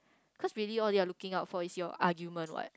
cause believe all they're looking out for is your argument what